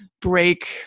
break